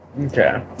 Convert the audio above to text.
Okay